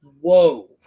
whoa